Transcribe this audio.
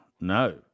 no